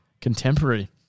Contemporary